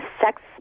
sex